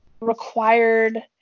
required